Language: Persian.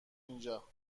اینجا